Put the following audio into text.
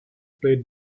played